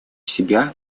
себя